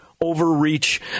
overreach